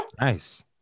Nice